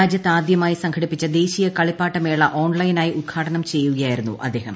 രാജ്യത്താദ്യമായി സംഘടിപ്പിച്ച ദേശീയ കളിപ്പാട്ടമേള ഓൺലൈനായി ഉദ്ഘാടനം ചെയ്യുകയായിരുന്നു അദ്ദേഹം